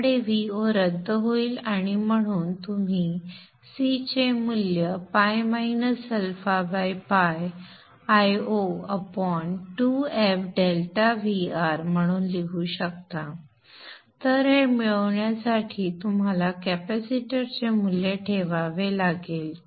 त्यामुळे Vo रद्द होईल आणि म्हणून तुम्ही C चे मूल्य ᴨ αᴨ Io 2f∆Vr म्हणून लिहू शकता तर हे मिळवण्यासाठी तुम्हाला कॅपेसिटरचे मूल्य ठेवावे लागेल